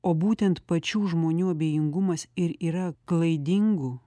o būtent pačių žmonių abejingumas ir yra klaidingų